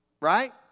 Right